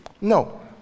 No